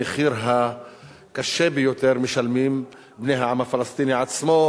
את המחיר הקשה ביותר משלמים בני העם הפלסטיני עצמו,